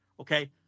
Okay